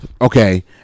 Okay